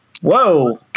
whoa